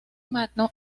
magno